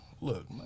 Look